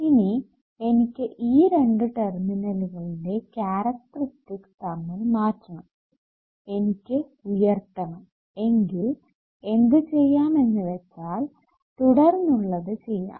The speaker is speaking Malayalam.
ഇനി എനിക്ക് ഈ രണ്ടു ടെർമിനലുകളുടെകാരക്ടറിസ്റ്റിക്സ് തമ്മിൽ മാറ്റണം എനിക്ക് ഉയർത്തണം എങ്കിൽ എന്ത് ചെയ്യാം എന്ന് വെച്ചാൽ തുടർന്നുള്ളത് ചെയ്യാം